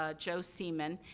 ah joe seiaman.